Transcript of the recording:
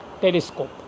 telescope